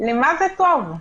למה זה טוב?